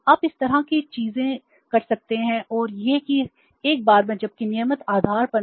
आप इस तरह की चीजें कर सकते हैं और यह कि एक बार में जबकि नियमित आधार पर नहीं